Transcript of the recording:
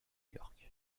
york